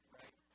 right